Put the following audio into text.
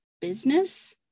business